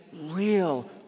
real